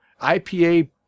IPA